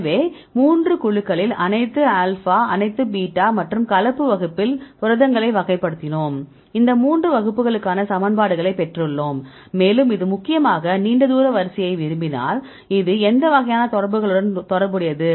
எனவே 3 குழுக்களில் அனைத்து ஆல்பா அனைத்து பீட்டா மற்றும் கலப்பு வகுப்பிலும் புரதங்களை வகைப்படுத்தினோம் இந்த 3 வகுப்புகளுக்கான சமன்பாடுகளை பெற்றுள்ளோம் மேலும் இது முக்கியமாக நீண்ட தூர வரிசையை விரும்பினால் அது எந்த வகையான தொடர்புகளுடன் தொடர்புடையது